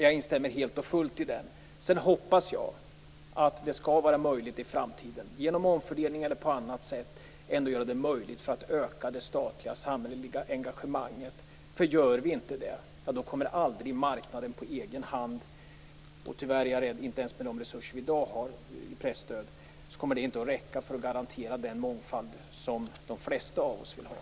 Jag instämmer således helt och fullt i den och hoppas att det i framtiden är möjligt att genom t.ex. en omfördelning göra det möjligt att öka det statliga samhälleliga engagemanget. Om vi inte gör det kommer marknaden aldrig på egen hand - och, är jag rädd, inte ens med de resurser som vi i dag har i fråga om presstöd - att räcka till för att garantera den mångfald som de flesta av oss vill ha.